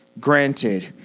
Granted